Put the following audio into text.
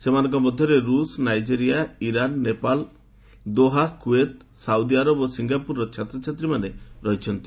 ସେମାନଙ୍କ ମଧ୍ୟରେ ରୁଷ୍ Nigeria Iran Nepal Doha Kuwait Saudi Arab ଓ ସିଙ୍ଗାପୁରର ଭାରତୀୟ ଛାତ୍ରମାନେ ରହିଛନ୍ତି